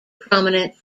prominent